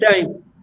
time